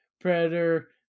Predator